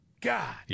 God